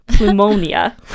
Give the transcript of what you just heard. pneumonia